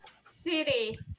City